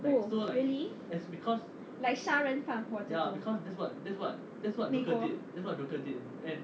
oh really like 杀人放火这种美国